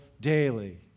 daily